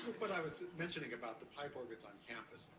what i was mentioning about the pipe organs on campus,